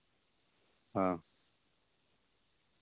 ᱦᱮᱸ